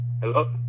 Hello